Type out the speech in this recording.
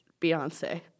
Beyonce